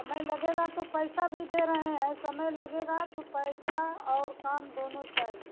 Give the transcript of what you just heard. समय लगेगा तो पैसा भी दे रहे हैं समय लगेगा तो पैसा और काम दोनों चाहिए